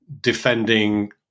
defending